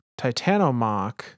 Titanomach